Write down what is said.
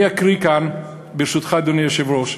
אני אקריא כאן, ברשותך, אדוני היושב-ראש,